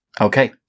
Okay